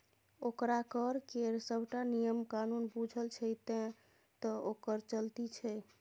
ओकरा कर केर सभटा नियम कानून बूझल छै तैं तँ ओकर चलती छै